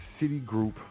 Citigroup